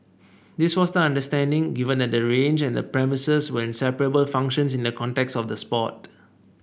this was the understanding given that the range and the premises were inseparable functions in the context of the sport